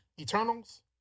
Eternals